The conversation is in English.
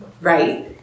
Right